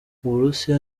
uburusiya